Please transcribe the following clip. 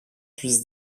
puisse